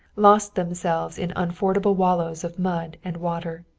lost themselves in unfordable wallows of mud and water.